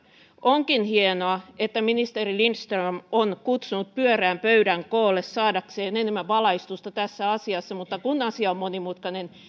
onkin hienoa että ministeri lindström on kutsunut pyöreän pöydän koolle saadakseen enemmän valaistusta tässä asiassa mutta kun asia on monimutkainen